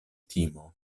timo